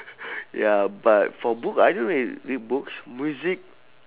ya but for book I don't really read books music